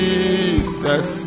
Jesus